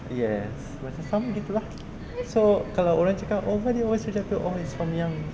yes macam sama gitu lah so kalau orang cakap oo why you always reject oo it's from young